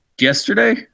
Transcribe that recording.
yesterday